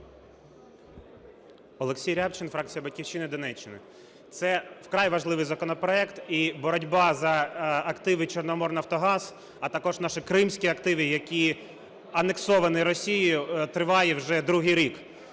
Олексій Рябчин, фракція "Батьківщина", Донеччина. Це вкрай важливий законопроект. І боротьба за активи "Чорноморнафтогаз", а також наші кримські активи, які анексовані Росією, триває вже другий рік.